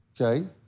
Okay